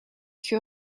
que